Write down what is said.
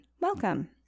welcome